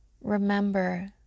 remember